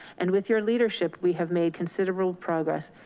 and with your leadership, we have made considerable progress.